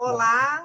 Olá